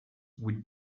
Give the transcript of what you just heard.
with